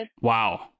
Wow